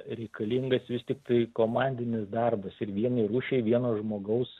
reikalingas vis tiktai komandinis darbas ir vienai rūšiai vieno žmogaus